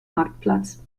marktplatz